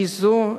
גזעו,